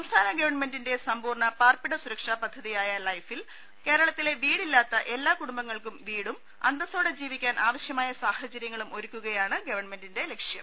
സംസ്ഥാന ഗവൺമെന്റിന്റെ സമ്പൂർണ പാർപ്പിട സുരക്ഷാ പദ്ധ തിയായ ലൈഫിൽ കേരളത്തിലെ വീടില്ലാത്ത എല്ലാ കുടുംബ ങ്ങൾക്കും വീടും അന്തസ്സോടെ ജീവിക്കാൻ ആവശ്യമായ സാഹ ചര്യങ്ങളും ഒരുക്കുകയാണ് ഗവൺമെന്റിന്റെ ലക്ഷ്യം